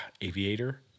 Aviator